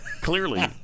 Clearly